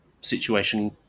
situation